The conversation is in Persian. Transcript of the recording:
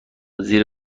زیر